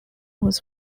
was